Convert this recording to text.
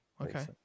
okay